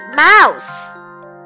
mouse